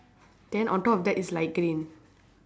then on top of that is light green